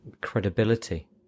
credibility